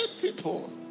people